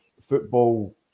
football